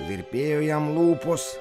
virpėjo jam lūpos